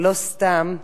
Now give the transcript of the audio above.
לא סתם,